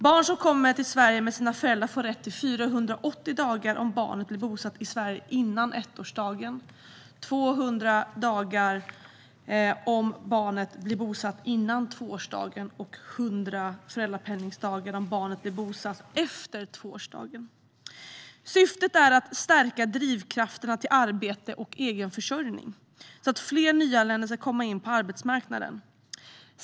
Barn som kommer till Sverige med sina föräldrar får rätt till 480 dagar om barnet blir bosatt i Sverige före ettårsdagen, 200 dagar om barnet blir bosatt före tvåårsdagen och 100 dagar om barnet blir bosatt efter tvåårsdagen. Syftet är att stärka drivkrafterna till arbete och egen försörjning så att fler nyanlända ska komma in på arbetsmarknaden.